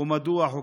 ומדוע הוכה?